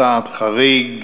כצעד חריג